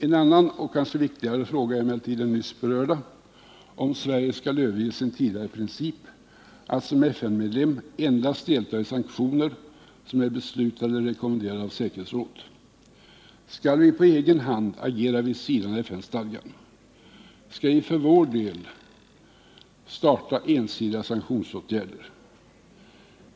En annan och kanske viktigare fråga än den nyss berörda är emellertid om Sverige skall överge sin tidigare princip att som FN-medlem endast delta i sanktioner som är beslutade eller rekommenderade av säkerhetsrådet. Skall vi på egen hand agera vid sidan av FN-stadgan? Skall vi för vår del starta ensidiga sanktionsåtgärder?